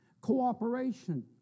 Cooperation